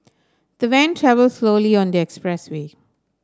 the van travelled slowly on the expressway